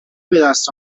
بدست